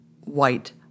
white